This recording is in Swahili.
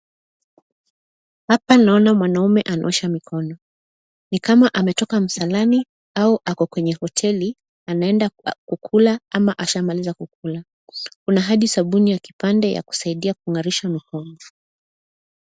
Hapa naona mwanaume anaosha mikono. Ni kama ametoka msalani au ako kwenye hoteli anaenda kukula ama ashamaliza kukula. Kuna hadi sabuni ya kipande ya kusaidia kung'arisha mikono.